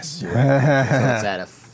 Yes